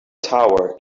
tower